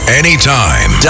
anytime